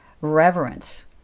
reverence